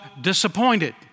disappointed